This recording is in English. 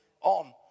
on